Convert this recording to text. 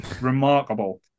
remarkable